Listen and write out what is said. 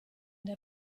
der